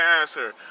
answer